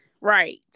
Right